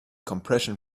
compression